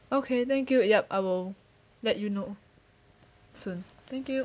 okay thank you yup I will let you know soon thank you